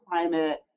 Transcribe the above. climate